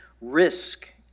risk